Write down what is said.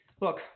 look